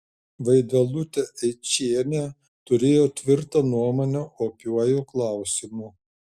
vaidilutė eičienė turėjo tvirtą nuomonę opiuoju klausimu